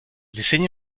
diseño